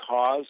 cause